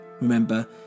remember